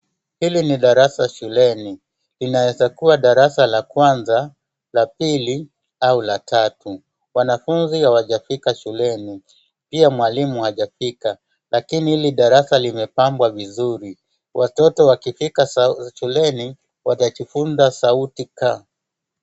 Hili ni darasa shuleni. Inaeza kua darasa la kwanza, la pili au la tatu. Wanafunzi hawajafika shuleni. Pia mwalimu hajafika. lakini hili darasa limepambwa vizuri. watoto wakifika shuleni watajifunza sauti ka.